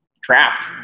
draft